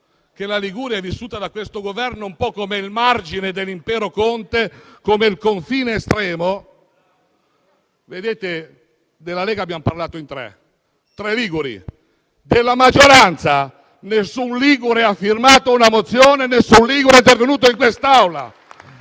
che la Liguria è vissuta da questo Governo un po' come il margine dell'impero Conte, come il confine estremo. Abbiamo parlato in tre del Gruppo della Lega, tre liguri. Della maggioranza nessun ligure ha firmato una mozione e nessuno è intervenuto in quest'Aula.